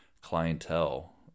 clientele